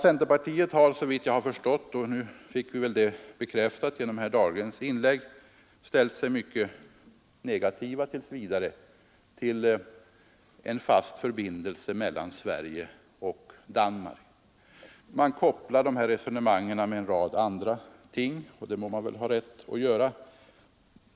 Centerpartiet har såvitt jag förstått och att jag har uppfattat det riktigt bekräftades väl av herr Dahlgrens inlägg — tills vidare ställt sig mycket negativt till en fast förbindelse mellan Sverige och Danmark. Man kopplar resonemanget om denna med en rad andra ting, och det må man väl ha rätt att göra.